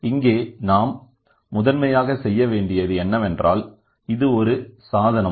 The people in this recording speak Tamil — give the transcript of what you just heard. இங்கே நாம் முதன்மையாக செய்ய வேண்டியது என்னவென்றால் இது ஒரு சாதனம்